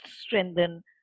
strengthen